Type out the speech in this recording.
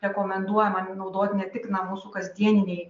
rekomenduojama naudoti ne tik na mūsų kasdienėj